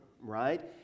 right